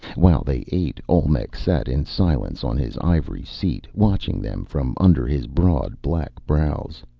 while they ate, olmec sat in silence on his ivory seat, watching them from under his broad black brows.